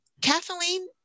Kathleen